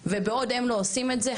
ובעוד הם לא עושים את זה,